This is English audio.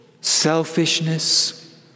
selfishness